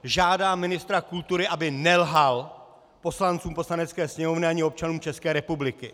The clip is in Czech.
Žádám ministra kultury, aby nelhal poslancům Poslanecké sněmovny ani občanům České republiky!